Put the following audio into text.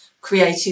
creative